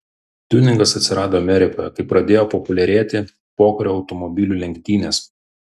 tiuningas atsirado amerikoje kai pradėjo populiarėti pokario automobilių lenktynės